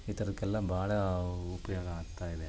ಈ ಥರದ್ಕೆಲ್ಲ ಭಾಳಾ ಉಪಯೋಗ ಆಗ್ತಾಯಿದೆ